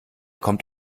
kommt